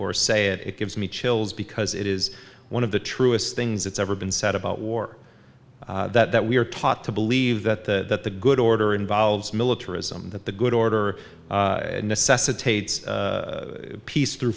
or say it it gives me chills because it is one of the truest things that's ever been said about war that we are taught to believe that the that the good order involves militarism that the good order necessitates peace through